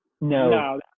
No